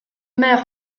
mère